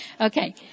Okay